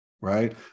right